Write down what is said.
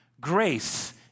grace